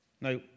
Now